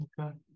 Okay